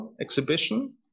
exhibition